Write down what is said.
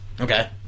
okay